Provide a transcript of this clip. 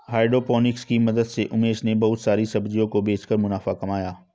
hydroponics की मदद से उमेश ने बहुत सारी सब्जियों को बेचकर मुनाफा कमाया है